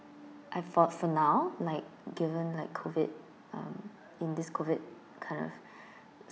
I thought for now like given like COVID um in this COVID kind of